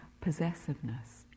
possessiveness